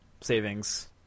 Savings